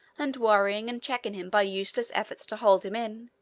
and worrying and checking him by useless efforts to hold him in,